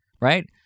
right